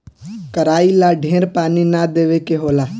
कराई ला ढेर पानी ना देवे के होला